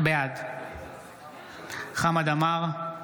בעד חמד עמאר,